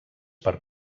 per